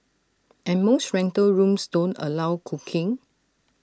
and most rental rooms don't allow cooking